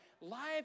life